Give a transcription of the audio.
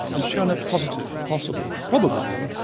had shown up positive for possible, probable even,